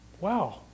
Wow